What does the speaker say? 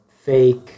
fake